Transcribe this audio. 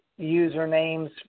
usernames